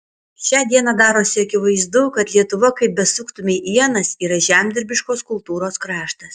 šią dieną darosi akivaizdu kad lietuva kaip besuktumei ienas yra žemdirbiškos kultūros kraštas